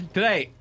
Today